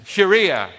Sharia